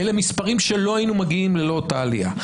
אלה מספרים שלא היינו מגיעים אליהם ללא אותה עלייה.